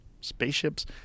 spaceships